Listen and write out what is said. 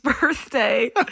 birthday